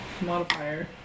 modifier